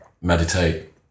meditate